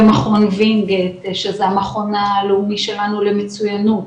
במכון וינגייט שזה המכון הלאומי שלנו למצויינות,